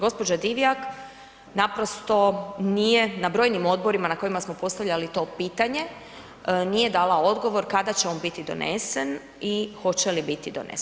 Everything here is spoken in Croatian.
Gđa. Divjak naprosto nije, na brojnim odborima na kojima smo postavljali to pitanje, nije dala odgovor kada će on biti donesen i hoće li biti donesen.